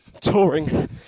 touring